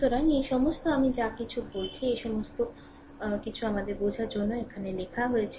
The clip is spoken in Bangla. সুতরাং এই সমস্ত আমি যা কিছু বলেছি এই সমস্ত কিছু আমাদের বোঝার জন্য এখানে লেখা হয়েছে